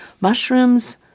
mushrooms